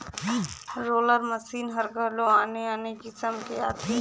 roller machine हर घलो आने आने किसम के आथे